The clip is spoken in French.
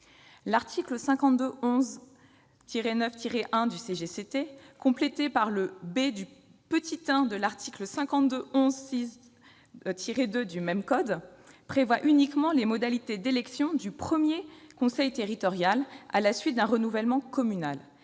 territoriales, complété par le b du 1° de l'article L. 5211-6-2 du même code, prévoit uniquement les modalités d'élection du premier conseil territorial à la suite d'un renouvellement communal.